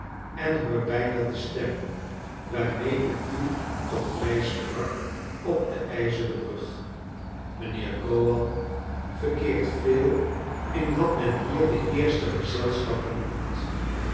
en hoor bijna de stern waarmede u tot mij sprak op de ijzeren brug charles dickens mijnheer gowan verkeert veel in wat men hier de eerste gezelschappen noemt